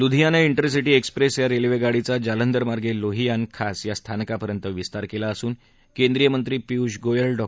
लुधियाना डेरसिटी एक्सप्रेस या रेल्वगाडीचा जालंधर मागें लोहियान खास या स्थानकापर्यंत विस्तार केला असून केंद्रीय मंत्री पियुष गोयल डॉ